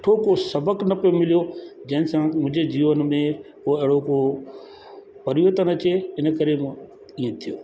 सुठो को सबक न पियो मिलियो जंहिं सां मुंहिंजे जीवन में उहो को परिवर्तन अचे इन करे मां ईअं थियो